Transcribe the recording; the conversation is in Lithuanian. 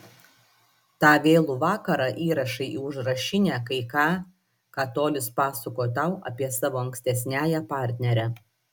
tą vėlų vakarą įrašai į užrašinę kai ką ką tolis pasakojo tau apie savo ankstesniąją partnerę